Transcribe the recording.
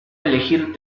elegir